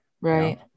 right